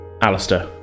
Alistair